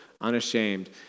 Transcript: unashamed